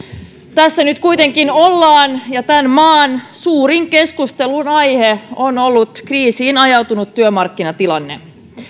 tässä nyt kuitenkin ollaan ja tämän maan suurin keskustelunaihe on ollut kriisiin ajautunut työmarkkinatilanne